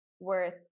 worth